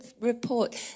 report